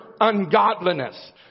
ungodliness